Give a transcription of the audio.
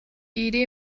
idee